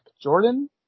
Jordan